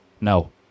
No